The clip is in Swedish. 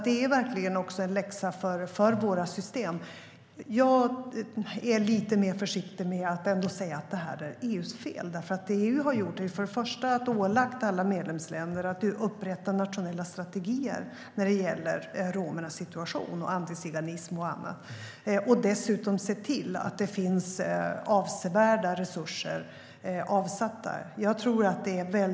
Det är verkligen en läxa för våra system. Jag är lite försiktigare med att säga att det här är EU:s fel. Det EU har gjort är först och främst att ålägga alla medlemsländer att upprätta nationella strategier när det gäller romernas situation, antiziganism och annat och dessutom se till att det finns avsevärda resurser avsatta.